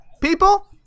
people